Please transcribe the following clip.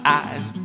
eyes